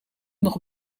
nog